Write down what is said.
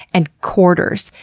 and quarters,